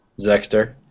Zexter